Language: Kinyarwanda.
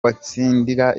watsindira